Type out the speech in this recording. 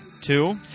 Two